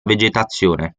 vegetazione